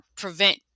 prevent